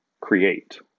create